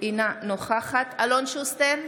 אינה נוכחת אלון שוסטר,